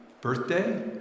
birthday